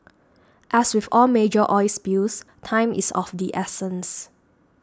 as with all major oil spills time is of the essence